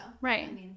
right